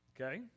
Okay